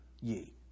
ye